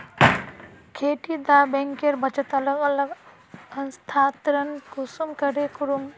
खेती डा बैंकेर बचत अलग अलग स्थानंतरण कुंसम करे करूम?